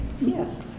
Yes